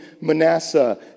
Manasseh